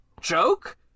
joke